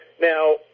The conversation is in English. Now